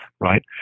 right